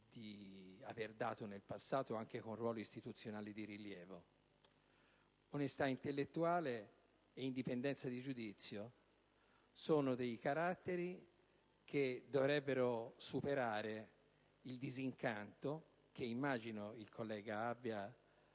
ha già dato in passato, anche con ruoli istituzionali di livello. Onestà intellettuale e indipendenza di giudizio sono caratteri che dovrebbero superare il disincanto che immagino il collega abbia